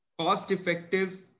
cost-effective